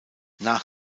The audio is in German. nach